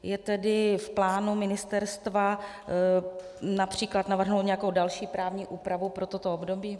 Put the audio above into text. Je tedy v plánu Ministerstva například navrhnout nějakou další právní úpravu pro toto období?